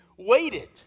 Waited